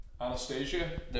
Anastasia